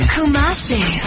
Kumasi